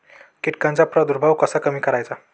कीटकांचा प्रादुर्भाव कसा कमी करायचा?